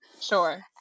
Sure